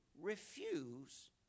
refuse